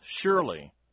surely